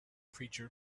preacher